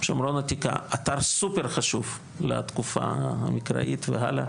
אתר סופר חשוב לתקופה המקראית והלאה.